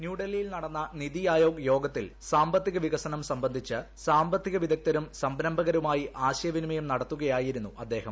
ന്യൂഡൽഹിയിൽ നടന്ന നിതിട് ആയോഗ് യോഗത്തിൽ സാമ്പത്തിക വികസനം സംബന്ധിച്ച് സാമ്പത്തിക വിദ്ഗ്ധരും സംരംഭരുമായി ആശയവിനിമയം നടത്ത്ുകയായിരുന്നു അദ്ദേഹം